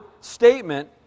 statement